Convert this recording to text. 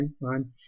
fine